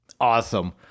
Awesome